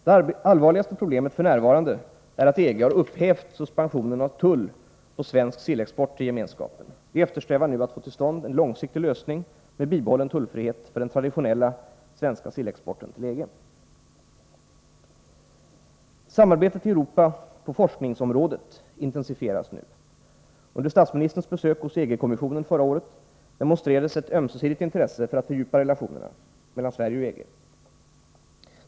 Det allvarligaste problemet f.n. är att EG har upphävt suspensionen av tull på svensk sillexport till Gemenskapen. Vi eftersträvar nu att få till stånd en långsiktig lösning med bibehållen tullfrihet för den traditionella svenska sillexporten till EG. Samarbetet i Europa på forskningsområdet intensifieras nu. Under statsministerns besök hos EG-kommissionen förra året demonstrerades ett ömsesidigt intresse för att fördjupa relationerna mellan Sverige och EG.